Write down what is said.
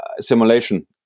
simulation